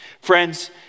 Friends